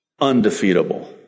undefeatable